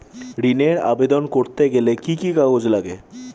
ঋণের আবেদন করতে গেলে কি কি কাগজ লাগে?